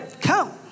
Come